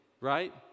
right